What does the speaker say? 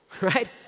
right